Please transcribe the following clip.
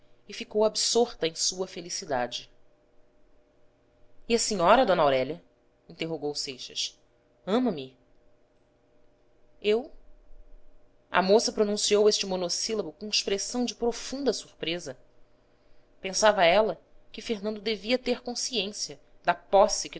e ficou absorta em sua felicidade e a senhora d aurélia interrogou seixas ama-me eu a moça pronunciou este monossílabo com expressão de profunda surpresa pensava ela que fernando devia ter consciência da posse